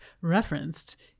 referenced